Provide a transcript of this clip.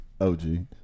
OG